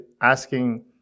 asking